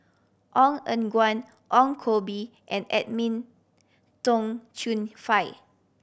Ong Eng Guan Ong Koh Bee and Edwin Tong Chun Fai